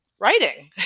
writing